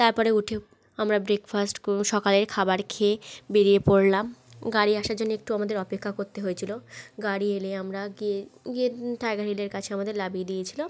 তারপরে উঠেও আমরা ব্রেকফাস্ট কো সকালের খাবার খেয়ে বেরিয়ে পড়লাম গাড়ি আসার জন্য একটু আমাদের অপেক্ষা করতে হয়েছিলো গাড়ি এলে আমরা গিয়ে গিয়ে টাইগার হিলের কাছে আমাদের নামিয়ে দিয়েছিলো